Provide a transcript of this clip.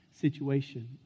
situation